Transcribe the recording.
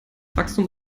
wachstum